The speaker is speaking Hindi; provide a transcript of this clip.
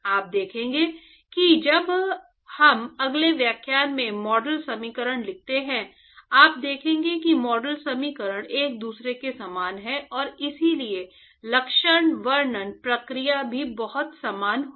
आप देखेंगे कि जब हम अगले व्याख्यान में मॉडल समीकरण लिखते हैं आप देखेंगे कि मॉडल समीकरण एक दूसरे के समान हैं और इसलिए लक्षण वर्णन प्रक्रिया भी बहुत समान होगी